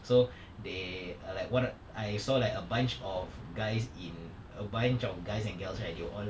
so they uh like what I saw like a bunch of guys in a bunch of guys and girls right they were all